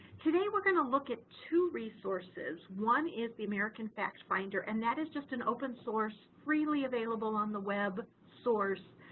today we're going to look at two resources, one is the american fact finder and that is just an open-source freely available on the web source,